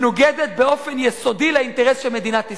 מנוגדת באופן יסודי לאינטרס של מדינת ישראל.